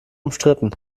umstritten